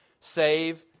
save